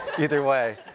either way.